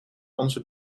onze